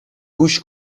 گوش